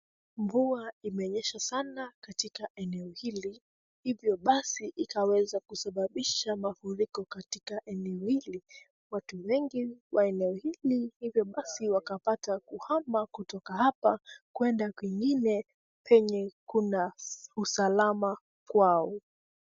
Mvua imenyesha sana katika eneo hili hivyo basi ikaweza kusababisha mafuriko katika eneo hili. Watu wengi wa eneo hili hivyo basi wakapata kuhama kutoka hapa kwenda kwingine kwenye kuna usalama kwao.